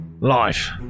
life